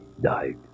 died